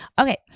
okay